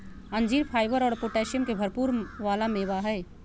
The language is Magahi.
अंजीर फाइबर और पोटैशियम के भरपुर वाला मेवा हई